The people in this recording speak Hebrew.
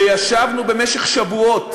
וישבנו במשך שבועות,